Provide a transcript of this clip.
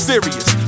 Serious